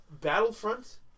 Battlefront